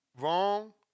wrong